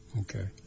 Okay